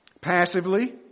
Passively